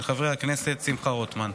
של חבר הכנסת שמחה רוטמן.